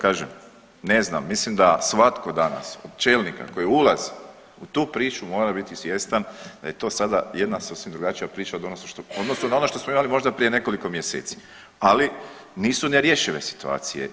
Kažem, ne znam mislim da svatko danas čelnika koji ulazi u tu priču mora biti svjestan da je to sada jedna sasvim drugačija priča u odnosu na ono što smo imali možda prije nekoliko mjeseci, ali nisu nerješive situacije.